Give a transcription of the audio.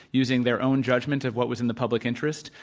using their own judgment of what was in the public interest,